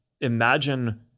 imagine